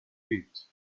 feet